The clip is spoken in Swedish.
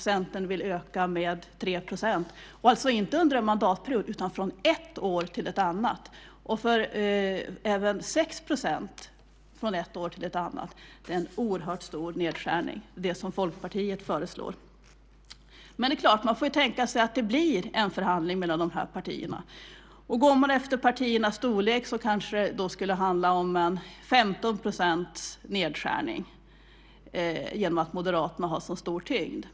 Centern vill öka med 3 %- detta inte under en mandatperiod utan från ett år till ett annat, även när det gäller de 6 procenten. Det som Folkpartiet föreslår innebär en oerhört stor nedskärning. Men man får tänka sig att det blir en förhandling mellan de här partierna. Går man efter partiernas storlek handlar det då kanske om 15 % nedskärning genom att Moderaterna har så stor tyngd.